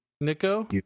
Nico